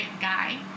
guy